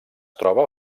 troba